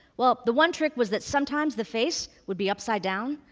well, the one trick was that sometimes the face would be upside down,